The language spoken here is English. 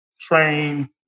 train